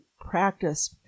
practice